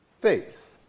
faith